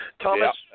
Thomas